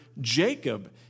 Jacob